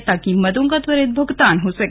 ताकि मदों का त्वरित भुगतान हो सके